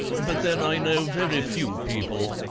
but then i know very few people.